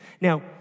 Now